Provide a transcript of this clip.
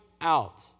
out